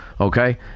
Okay